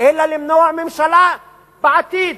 אלא למנוע ממשלה בעתיד,